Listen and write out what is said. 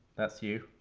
that's you,